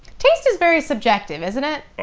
taste is very subjective, isn't it?